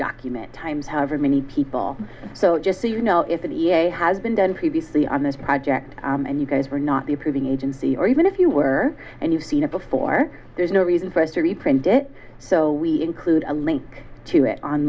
document times however many people so just so you know if the da has been done previously on this project and you guys were not the approving agency or even if you were and you've seen it before there's no reason for us to reprint it so we include a link to it on